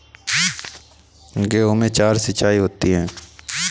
गेहूं में चार सिचाई होती हैं